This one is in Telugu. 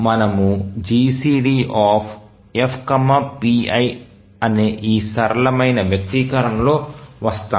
మనము GCDFpi అనే ఈ సరళమైన వ్యక్తీకరణ లో వస్తాము